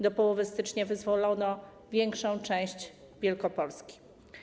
Do połowy stycznia wyzwolono też większą część Wielkopolski.